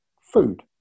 food